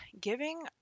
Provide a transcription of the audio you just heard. giving